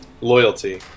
loyalty